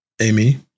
Amy